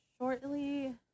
shortly